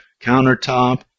countertop